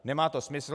Nemá to smysl.